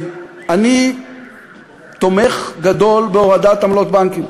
אני תומך גדול בהורדת עמלות בנקים.